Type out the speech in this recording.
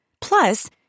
Plus